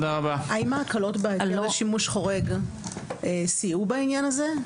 האם ההקלות על-ידי שימוש חורג סייעו בעניין הזה?